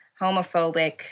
homophobic